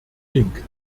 link